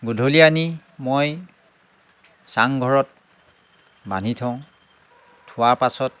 গধূলি আনি মই চাংঘৰত বান্ধি থওঁ থোৱা পাছত